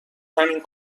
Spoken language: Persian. همین